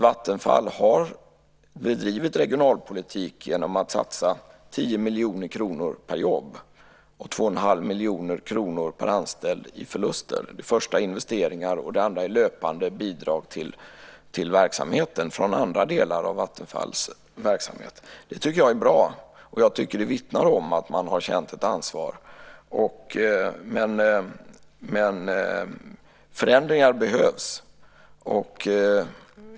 Vattenfall har bedrivit regionalpolitik genom att satsa 10 miljoner kronor per jobb och 2 1⁄2 miljoner kronor per anställd i förluster. Det första är investeringar, och det andra är löpande bidrag till verksamheten från andra delar av Vattenfalls verksamhet. Det tycker jag är bra. Det vittnar om att man har känt ett ansvar. Men förändringar behövs.